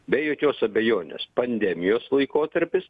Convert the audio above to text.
be jokios abejonės pandemijos laikotarpis